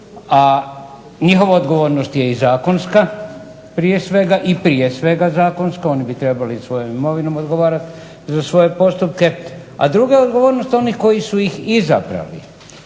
a njihova odgovornost je i zakonska prije svega i prije svega zakonska. Oni bi trebali i svojom imovinom odgovarati za svoje postupke, a druga odgovornost je onih koji su ih izabrali.